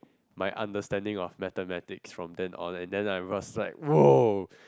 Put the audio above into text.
my understanding of mathematics from then on and then I was like !wow!